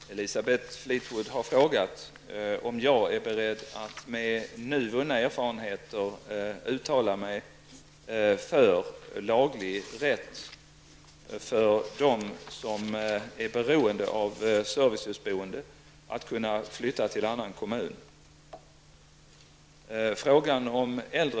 Herr talman! Elisabeth Fleetwood har frågat om jag är beredd att med nu vunna erfarenheter uttala mig för laglig rätt för dem som är beroende av servicehusboende att kunna flytta till annan kommun.